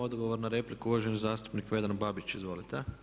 Odgovor na repliku uvaženi zastupnik Vedran Babić, izvolite.